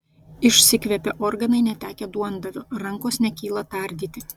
išsikvėpė organai netekę duondavio rankos nekyla tardyti